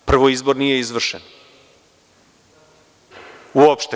Prvo, izbor nije izvršen uopšte.